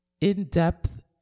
in-depth